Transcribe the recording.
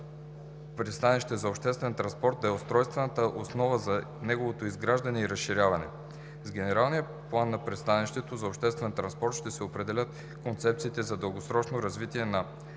пристанище за обществен транспорт да е устройствената основа за неговото изграждане и разширяване. С генералния план на пристанището за обществен транспорт ще се определят концепциите за дългосрочно развитие на съответната